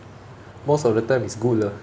most of the time it's good lah